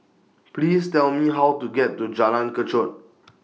Please Tell Me How to get to Jalan Kechot